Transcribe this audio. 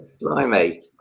blimey